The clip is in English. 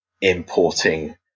importing